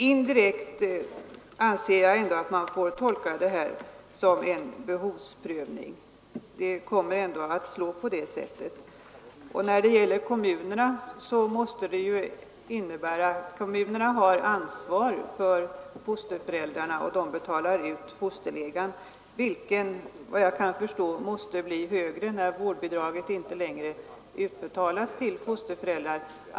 Herr talman! Jag anser att man ändå indirekt får tolka detta som en behovsprövning. Det kommer att slå på det sättet. När det gäller kommunerna måste det innebära att kommunerna har ansvar för fosterföräldrarna och betalar ut fosterlegan, vilken — efter vad jag kan förstå — måste bli högre när vårdbidraget inte längre utbetalas till fosterföräldrar.